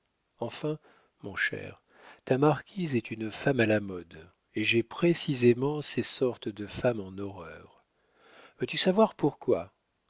enfin mon cher la marquise est une femme à la mode et j'ai précisément ces sortes de femmes en horreur veux-tu savoir pourquoi